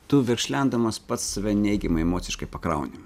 tu verkšlendamas pats save neigiamai emociškai pakrauni